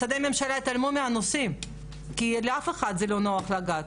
משרדי הממשלה התעלמו מהנושא כי לאף אחד זה לא נוח לגעת.